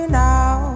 now